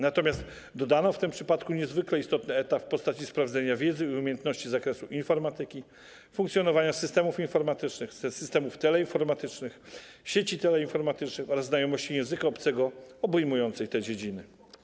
Natomiast dodano w tym przypadku niezwykle istotny etap w postaci sprawdzenia wiedzy i umiejętności z zakresu informatyki, funkcjonowania systemów informatycznych, systemów teleinformatycznych, sieci teleinformatycznych oraz znajomości języka obcego obejmującej te dziedziny.